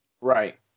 Right